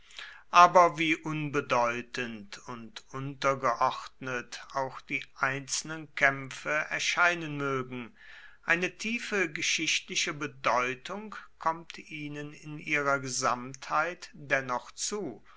aber wie unbedeutend und untergeordnet auch die einzelnen kämpfe erscheinen mögen eine tiefe geschichtliche bedeutung kommt ihnen in ihrer gesamtheit dennoch zu